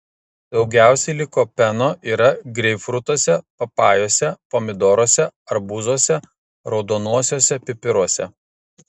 daugiausiai likopeno yra greipfrutuose papajose pomidoruose arbūzuose raudonuosiuose pipiruose